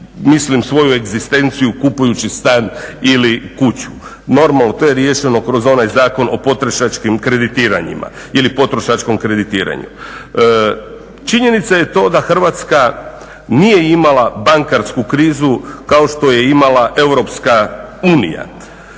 mislim svoju egzistenciju kupujući stan ili kuću. Normalno to je riješeno kroz onaj Zakon o potrošačkim kreditiranjima ili potrošačkom kreditiranju. Činjenica je to da Hrvatska nije imala bankarsku krizu kao što je imala Europska unija.